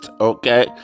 Okay